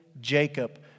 Jacob